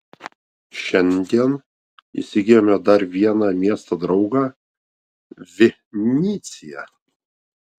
šiandien įsigijome dar vieną miestą draugą vinycią